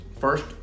first